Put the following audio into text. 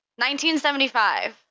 1975